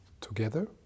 together